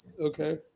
Okay